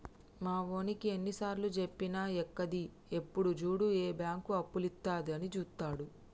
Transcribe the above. మావోనికి ఎన్నిసార్లుజెప్పినా ఎక్కది, ఎప్పుడు జూడు ఏ బాంకు అప్పులిత్తదా అని జూత్తడు